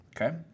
Okay